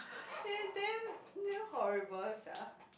they damn damn horrible sia